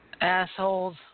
assholes